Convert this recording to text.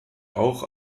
auch